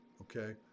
Okay